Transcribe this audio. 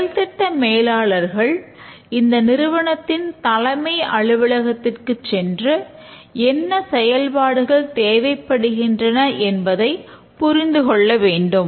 செயல் திட்ட மேலாளர்கள் அந்த நிறுவனத்தின் தலைமை அலுவலகத்திற்குச் சென்று என்ன செயல்பாடுகள் தேவைப்படுகின்றன என்பதை புரிந்து கொள்ள வேண்டும்